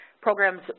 programs